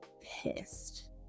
pissed